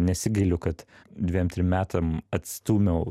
nesigailiu kad dviem trim metam atstūmiau